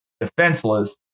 Defenseless